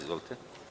Izvolite.